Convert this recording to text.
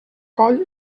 coll